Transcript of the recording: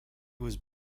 was